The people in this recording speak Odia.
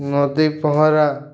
ନଦୀ ପହଁରା